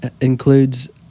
includes